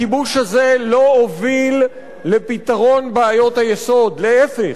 הכיבוש הזה לא הוביל לפתרון בעיות היסוד, להיפך,